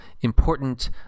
important